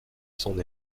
son